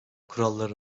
kuralları